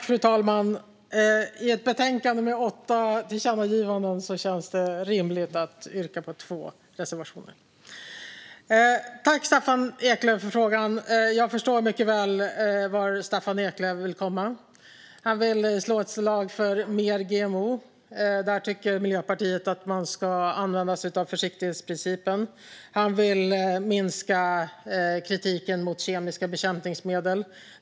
Fru talman! I fråga om ett betänkande där åtta tillkännagivanden föreslås känns det rimligt att yrka bifall till två reservationer. Jag vill tacka Staffan Eklöf för frågan. Jag förstår mycket väl vart Staffan Eklöf vill komma. Han vill slå ett slag för mer GMO. Där tycker Miljöpartiet att man ska använda sig av försiktighetsprincipen. Han vill minska kritiken mot kemiska bekämpningsmedel.